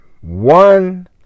One